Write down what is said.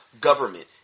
government